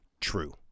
true